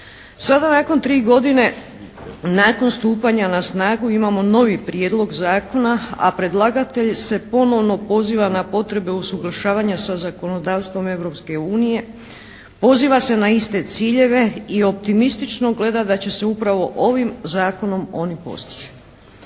Sada nakon tri godine nakon stupanja na snagu imamo novi prijedlog zakona, a predlagatelj se ponovno poziva na potrebe usuglašavanja sa zakonodavstvom Europske unije, poziva se na iste ciljeve i optimistično gleda da će se upravo ovim zakonom oni postići.